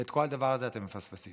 את כל הדבר הזה אתם מפספסים.